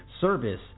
service